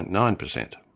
nine percent.